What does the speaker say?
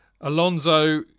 Alonso